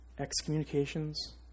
excommunications